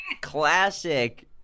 classic